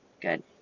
Good